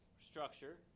structure